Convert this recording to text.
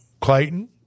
Clayton